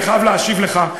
אני חייב להשיב לך.